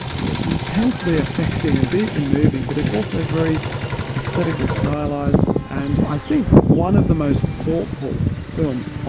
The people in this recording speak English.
so it's intensely affecting and deeply moving, but it's also very aesthetically stylised and i think one of the most thoughtful films on